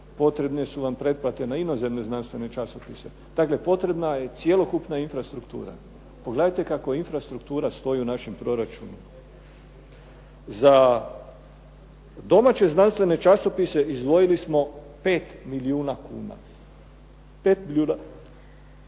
potrebne su vam pretplate na inozemne znanstvene časopise. Dakle, potrebna je cjelokupna infrastruktura. Pogledajte kako infrastruktura stoji u našem proračunu. Za domaće znanstvene časopise izdvojili smo 5 milijuna kuna. Ni jedan